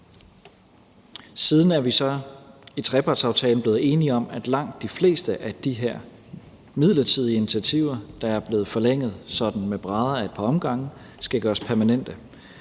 Siden er vi så i trepartsaftalen blevet enige om, at langt de fleste af de her midlertidige initiativer, der er blevet forlænget sådan med brædder ad et par omgange, skal gøres permanente,